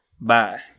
Bye